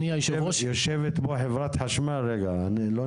יושבת כאן חברת חשמל ואני רוצה